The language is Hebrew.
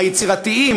היצירתיים,